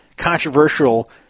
controversial